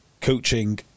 coaching